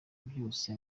byose